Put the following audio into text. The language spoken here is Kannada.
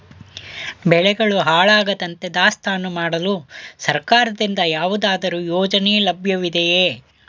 ಬೆಳೆಗಳು ಹಾಳಾಗದಂತೆ ದಾಸ್ತಾನು ಮಾಡಲು ಸರ್ಕಾರದಿಂದ ಯಾವುದಾದರು ಯೋಜನೆ ಲಭ್ಯವಿದೆಯೇ?